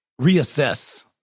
reassess